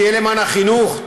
שיהיה למען החינוך,